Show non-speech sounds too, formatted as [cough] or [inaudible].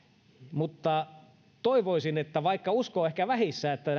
mutta toivoisin että vaikka usko on ehkä vähissä siihen että [unintelligible]